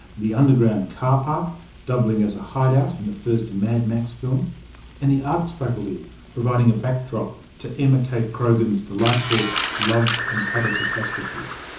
the underground carpark doubling as a hide-out in the first mad max film and the arts faculty providing a backdrop to emma-kate croghan's delightful love and other catastrophes.